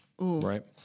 Right